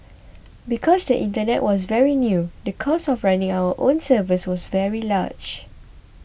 because the internet was very new the cost of running our own servers was very large